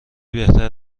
بهتر